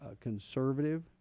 conservative